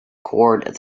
cord